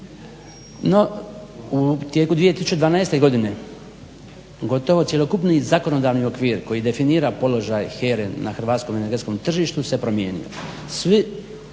No, u tijeku 2012. godine gotovo cjelokupni zakonodavni okvir koji definira položaj HERA-e na hrvatskom i europskom tržištu se promijenio.